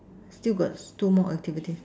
still got two more activities